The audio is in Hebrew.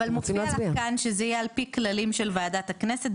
אבל מופיע לך כאן שזה יהיה על פי כללים של ועדת הכנסת,